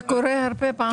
זה קורה הרבה פעמים.